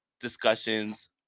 discussions